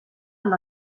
amb